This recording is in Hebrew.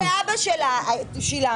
את הטיפול באבא שלה מימנו.